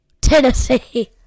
Tennessee